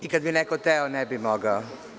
I kada bi neko hteo, ne bi mogao.